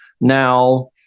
Now